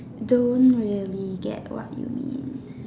don't really get what you mean